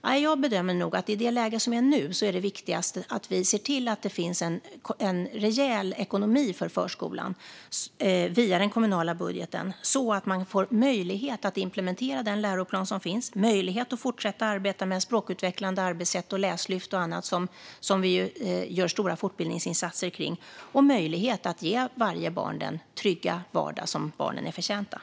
Nej, jag bedömer nog att i det läge som är nu är det viktigast att se till att det via den kommunala budgeten finns en rejäl ekonomi för förskolan, så att man får möjlighet att implementera den läroplan som finns, fortsätta arbeta med språkutvecklande arbetssätt, läslyft och annat som vi gör stora fortbildningsinsatser kring och möjlighet att ge varje barn den trygga vardag som de förtjänar.